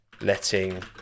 letting